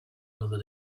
another